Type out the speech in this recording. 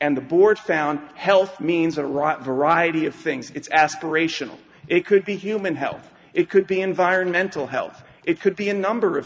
and the board found health means a right variety of things it's aspirational it could be human health it could be environmental health it could be a number of